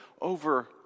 over